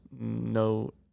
no